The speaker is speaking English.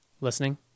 Listening